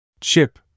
Chip